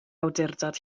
awdurdod